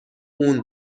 اون